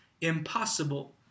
impossible